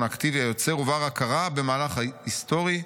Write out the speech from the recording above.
האקטיבי היוצר ובר-הכרה במהלך ההיסטורי,